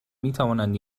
میتوانند